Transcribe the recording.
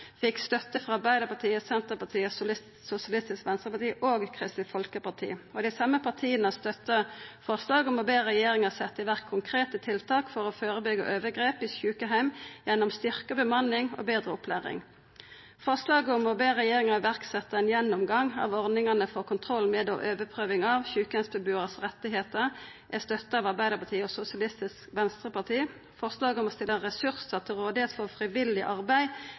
fekk støtte frå Arbeidarpartiet, Senterpartiet, Sosialistisk Venstreparti og Kristeleg Folkeparti. Dei same partia støttar forslaget om å be regjeringa setje i verk konkrete tiltak for å førebyggja overgrep i sjukeheimar gjennom styrkt bemanning og betre opplæring. Forslaget om å be regjeringa setja i verk ein gjennomgang av ordningane for kontroll med og overprøving av sjukeheimsbebuarane sine rettar, er støtta av Arbeidarpartiet og Sosialistisk Venstreparti. Forslaget om å stilla ressursar til rådigheit for frivillig arbeid